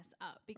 up